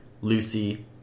Lucy